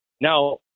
Now